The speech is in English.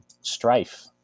strife